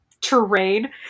terrain